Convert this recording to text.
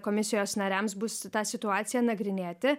komisijos nariams bus tą situaciją nagrinėti